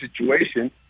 situation